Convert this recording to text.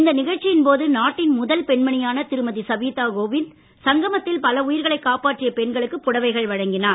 இந்த நிகழ்ச்சியின் போது நாட்டின் முதல் பெண்மணியான திருமதி சவீதா கோவிந்த் சங்கமத்தில் பல உயிர்களைக் காப்பாற்றிய பெண்களுக்கு புடவைகள் வழங்கினார்